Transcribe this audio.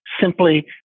simply